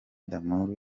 d’amour